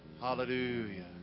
Hallelujah